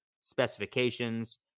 specifications